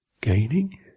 Gaining